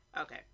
okay